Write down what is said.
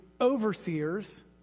overseers